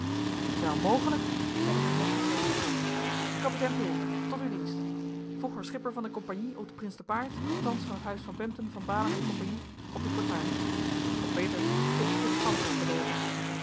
wel mogelijk zeide mijn metgezel kapitein pulver tot uw dienst vroeger schipper van de compagnie op de prins te paard thans van het huis van bempden van baalen en comp op de fortuin die god beter t ginds in t zand ligt bedolven